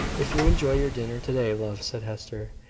if you enjoy your dinner to-day, love, said hester,